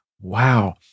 wow